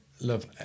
Love